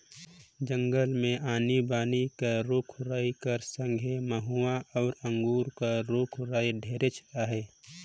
जंगल मे आनी बानी कर रूख राई कर संघे मउहा अउ अंगुर कर रूख राई ढेरे अहे